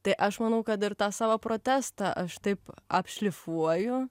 tai aš manau kad ir tą savo protestą aš taip apšlifuoju